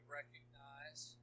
recognize